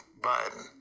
biden